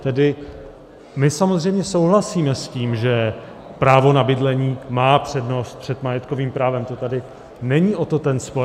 Tedy my samozřejmě souhlasíme s tím, že právo na bydlení má přednost před majetkovým právem, to tady není o to ten spor.